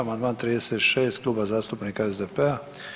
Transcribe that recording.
Amandman 36 Kluba zastupnika SDP-a.